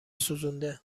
سوزونده